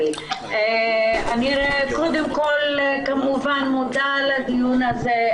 אני קודם כל כמובן מודה על הדיון הזה,